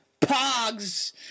Pogs